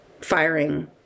firing